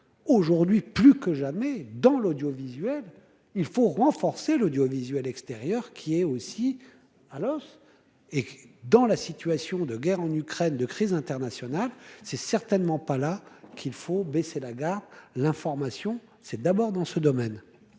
aujourd'hui plus que jamais dans l'audiovisuel, il faut renforcer l'audiovisuel extérieur, qui est aussi alors, et dans la situation de guerre en Ukraine de crise internationale, c'est certainement pas là qu'il faut baisser la gare l'information, c'est d'abord dans ce domaine.